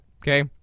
okay